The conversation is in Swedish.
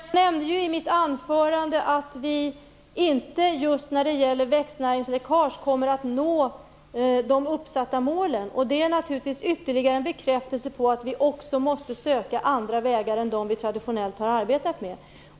Herr talman! Jag nämnde ju i mitt anförande att vi inte just när det gäller växtnäringsläckage kommer att nå de uppsatta målen. Det är naturligtvis ytterligare en bekräftelse på att vi också måste söka andra vägar än dem vi traditionellt har arbetat med.